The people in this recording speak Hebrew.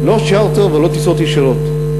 לא צ'רטר ולא טיסות ישירות.